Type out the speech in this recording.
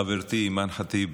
חברתי אימאן ח'טיב,